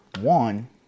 one